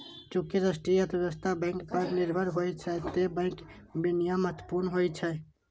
चूंकि राष्ट्रीय अर्थव्यवस्था बैंक पर निर्भर होइ छै, तें बैंक विनियमन महत्वपूर्ण होइ छै